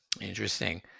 Interesting